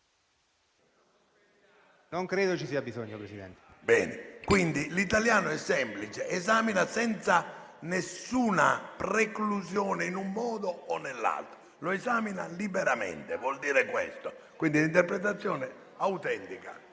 Non credo ce ne sia bisogno, Presidente. PRESIDENTE. Bene. Quindi, l'italiano è semplice: esamina senza alcuna preclusione in un modo o nell'altro. Lo esamina liberamente: vuol dire questo. L'interpretazione autentica